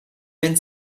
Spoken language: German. wenn